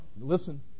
listen